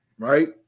right